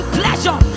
pleasure